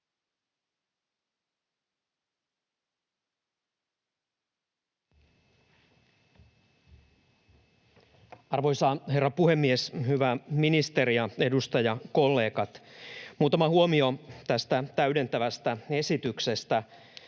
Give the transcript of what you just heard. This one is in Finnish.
Arvoisa herra puhemies! Hyvä ministeri ja edustajakollegat! Muutama huomio tästä täydentävästä esityksestä.